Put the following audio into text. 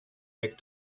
back